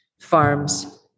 farms